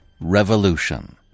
Revolution